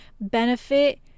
benefit